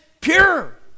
pure